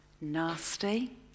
nasty